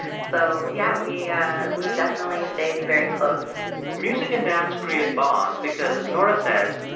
so yeah, we yeah we've definitely stayed very close music and dance create bonds because, as laura says,